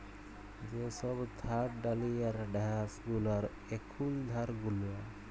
যে সব থার্ড ডালিয়ার ড্যাস গুলার এখুল ধার গুলা